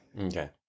okay